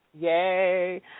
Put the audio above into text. yay